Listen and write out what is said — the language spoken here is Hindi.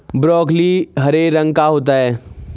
ब्रोकली हरे रंग का होता है